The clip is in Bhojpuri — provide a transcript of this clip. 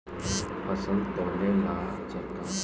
फसल तौले ला का चाही?